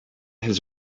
his